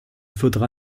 faudra